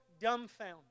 dumbfounded